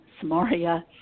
Samaria